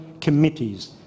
committees